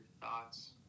thoughts